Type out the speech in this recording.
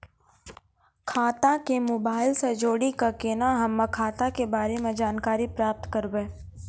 खाता के मोबाइल से जोड़ी के केना हम्मय खाता के बारे मे जानकारी प्राप्त करबे?